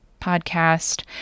podcast